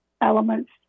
elements